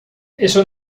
eso